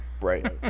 Right